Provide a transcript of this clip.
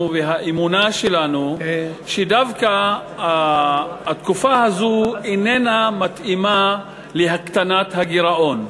והאמונה שלנו שדווקא התקופה הזאת איננה מתאימה להקטנת הגירעון.